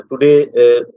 Today